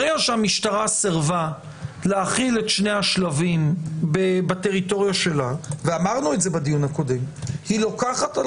ברגע שהמשטרה סירבה להחיל את שני השלבים בטריטוריה שלה היא לוקחת על